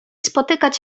spotykać